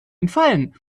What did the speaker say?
entfallen